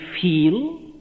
feel